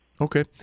Okay